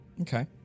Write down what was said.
Okay